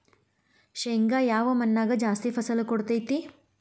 ಶೇಂಗಾ ಯಾವ ಮಣ್ಣಾಗ ಜಾಸ್ತಿ ಫಸಲು ಕೊಡುತೈತಿ?